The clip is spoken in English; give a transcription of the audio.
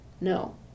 No